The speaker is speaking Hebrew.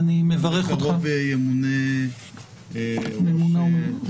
ואני מברך אותך --- בקרוב ימונה הוא או